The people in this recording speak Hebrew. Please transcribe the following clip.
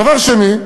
דבר שני,